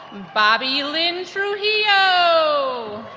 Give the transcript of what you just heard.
bobbie lyn trujillo. so